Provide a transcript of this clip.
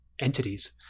entities